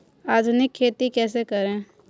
आधुनिक खेती कैसे करें?